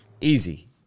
Easy